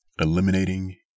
eliminating